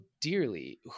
dearly